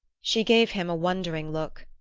she gave him a wondering look.